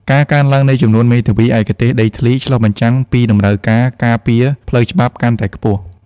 ការកើនឡើងនៃចំនួនមេធាវីឯកទេសដីធ្លី ឆ្លុះបញ្ចាំងពីតម្រូវការការពារផ្លូវច្បាប់កាន់តែខ្ពស់។